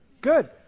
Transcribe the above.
Good